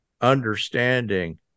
understanding